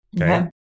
okay